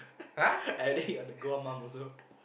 I already hit on the mum also